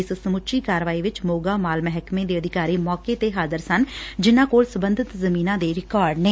ਇਸ ਸਮੁੱਚੀ ਕਾਰਵਾਈ ਵਿਚ ਮੋਗਾ ਮਾਲ ਮਹਿਕਮੇ ਦੇ ਅਧਿਕਾਰੀ ਮੌਕੇ ਤੇ ਹਾਜ਼ਰ ਸਨ ਜਿਨੁਾਂ ਕੋਲ ਸਬੰਧਤ ਜ਼ਮੀਨਾਂ ਦੇ ਰਿਕਾਰਡ ਨੇ